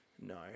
No